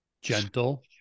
Gentle